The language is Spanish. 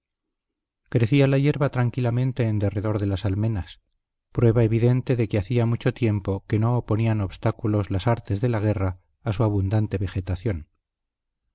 crecía la hierba tranquilamente en derredor de las almenas prueba evidente de que hacía mucho tiempo que no oponían obstáculos las artes de la guerra a su abundante vegetación